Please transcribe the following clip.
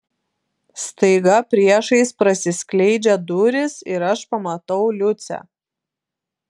staiga priešais prasiskleidžia durys ir aš pamatau liucę